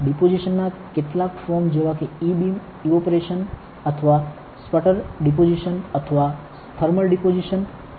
ડિપોઝિશનના કેટલાક ફોર્મ જેવા કે ઇ બિમ ઇવોપરેશન અથવા સ્પટર ડિપોઝિશન અથવા થર્મલ ડિપોઝિશનના